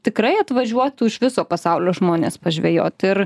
tikrai atvažiuotų iš viso pasaulio žmonės pažvejot ir